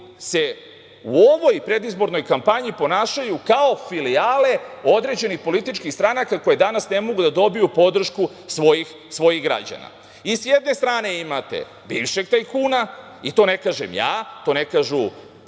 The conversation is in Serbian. se u ovoj predizbornoj kampanji ponašaju kao filijale određenih političkih stranaka koje danas ne mogu da dobiju podršku svojih građana. Sa jedne strane imate bivšeg tajkuna, i to ne kažem ja, to ne kažu